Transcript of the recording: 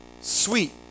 sweet